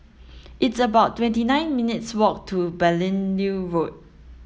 it's about twenty nine minutes' walk to Beaulieu Road